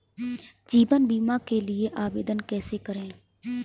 जीवन बीमा के लिए आवेदन कैसे करें?